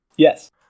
Yes